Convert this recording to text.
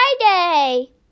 Friday